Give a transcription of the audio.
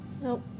Nope